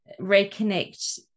reconnect